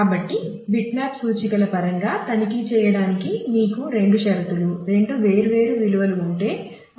కాబట్టి బిట్మ్యాప్ సూచికల పరంగా తనిఖీ చేయడానికి మీకు రెండు షరతులు రెండు వేర్వేరు విలువలు ఉంటే అప్పుడు మీరు అక్కడ చేయవచ్చు